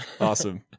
Awesome